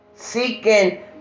Seeking